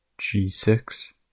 g6